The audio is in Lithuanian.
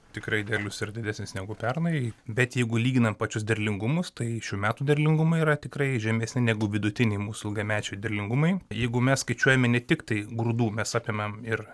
tikrai derlius yra didesnis negu pernai bet jeigu lyginam pačius derlingumus tai šių metų derlingumai yra tikrai žemesni negu vidutiniai mūsų ilgamečiai derlingumai jeigu mes skaičiuojame ne tiktai grūdų mes apimam ir